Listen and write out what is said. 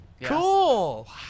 cool